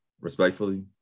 respectfully